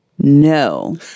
No